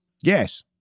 Yes